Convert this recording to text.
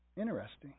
Interesting